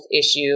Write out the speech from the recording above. issue